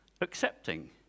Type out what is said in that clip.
accepting